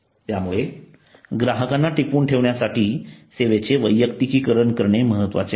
त्यामुळे ग्राहकांना टिकवून ठेवण्यासाठी सेवेचे वैयक्तिकरण महत्वाचे आहे